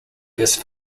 best